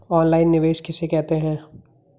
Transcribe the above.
Online निवेश किसे कहते हैं?